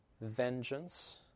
vengeance